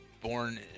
born